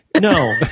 No